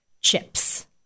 Chips